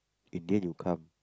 in the end you come